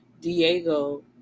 diego